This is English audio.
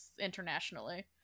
internationally